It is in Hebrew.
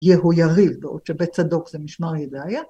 ‫יהיו יריב, בעוד שבית צדוק ‫זה משמר ידיים.